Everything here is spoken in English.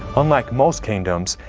unlike most kingdoms,